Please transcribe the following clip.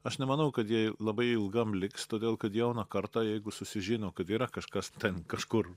aš nemanau kad jie labai ilgam liks todėl kad jauna karta jeigu sužino kad yra kažkas ten kažkur